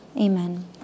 Amen